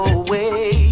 away